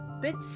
bits